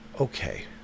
okay